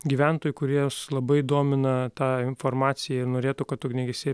gyventojai kuries labai domina ta informacija ir norėtų kad ugniagesiai